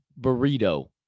burrito